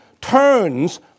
turns